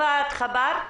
התחברת?